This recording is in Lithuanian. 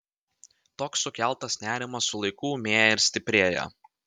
toks sukeltas nerimas su laiku ūmėja ir stiprėja